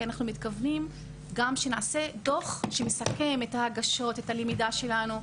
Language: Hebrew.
כי אנחנו מתכוונים גם שנעשה דוח שמסכם את ההגשות ואת הלמידה שלנו,